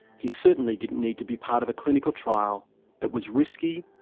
he certainly didn't need to be part of a clinical trial that was risky,